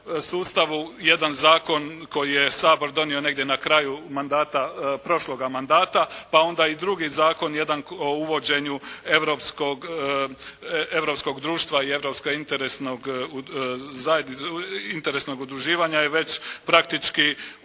sustavu jedan zakon koji je Sabor donio negdje na kraju mandata, prošloga mandata pa onda i drugi zakon jedan o uvođenju europskog društva i europskog interesnog udruživanja je već praktički